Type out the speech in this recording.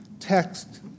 Text